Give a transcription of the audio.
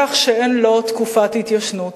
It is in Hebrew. לקח שאין לו תקופת התיישנות.